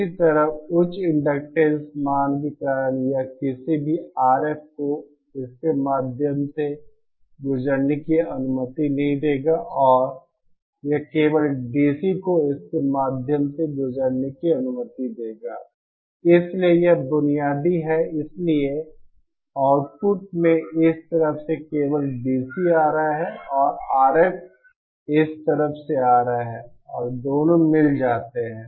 इसी तरह उच्च इंडक्टेंस मान के कारण यह किसी भी RF को इसके माध्यम से गुजरने की अनुमति नहीं देगा और यह केवल डीसी को इसके माध्यम से गुजरने की अनुमति देगा इसलिए यह बुनियादी है इसलिए आउटपुट में इस तरफ से केवल DC आ रहा है और RF इस तरफ से आ रहा है और दोनों मिल जाते हैं